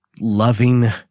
loving